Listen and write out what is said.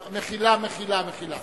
מחילה, מחילה, מחילה.